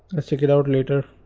let's check it out later